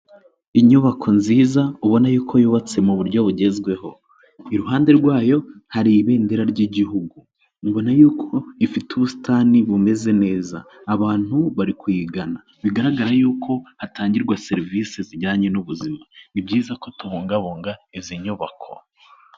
Inyubako nziza ubona yuko yubatse mu buryo bugezweho, iruhande rwayo hari ibendera ry'igihugu, ubona yuko ifite ubusitani bumeze neza abantu bari kuyigana, bigaragara yuko hatangirwa serivisi zijyanye n'ubuzima, ni byiza ko tubungabunga izi nyubako.